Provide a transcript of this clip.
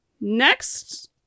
next